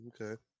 Okay